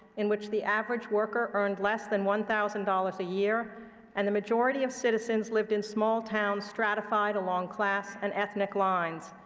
in which the average worker earned less than one thousand dollars a year and the majority of citizens lived in small towns stratified along class and ethnic lines.